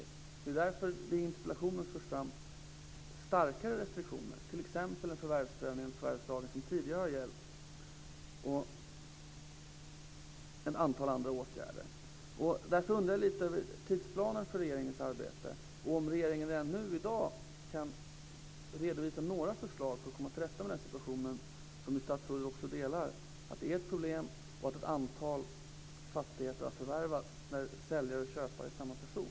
Det är därför som det i interpellationen förs fram förslag till starkare restriktioner, t.ex. en förvärvsprövning som tidigare har gällt och ett antal andra åtgärder. Därför undrar jag lite över tidsplanen för regeringens arbete och om regeringen i dag kan redovisa några förslag för att man ska komma till rätta med den situation som statsrådet håller med mig om råder, nämligen att det är ett problem och att ett antal fastigheter har förvärvats när säljare och köpare är samma person.